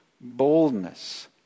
boldness